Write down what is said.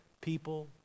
people